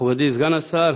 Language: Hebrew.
מכובדי סגן השר,